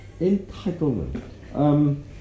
Entitlement